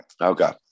okay